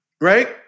Right